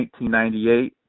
1998